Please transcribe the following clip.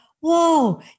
whoa